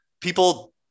people